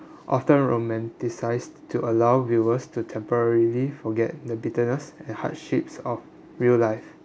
often romanticized to allow viewers to temporarily forget the bitterness and hardships of real life